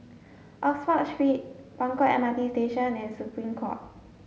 Oxford Street Buangkok MRT Station and Supreme Court